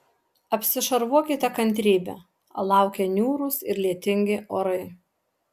apsišarvuokite kantrybe laukia niūrūs ir lietingi orai